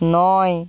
নয়